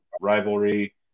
rivalry